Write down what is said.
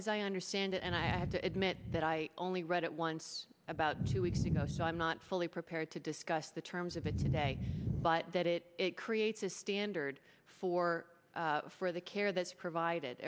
as i understand it and i have to admit that i only read it once about two weeks ago so i'm not fully prepared to discuss the terms of it today but that it creates a standard for for the care that's provided